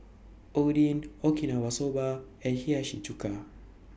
Oden Okinawa Soba and Hiyashi Chuka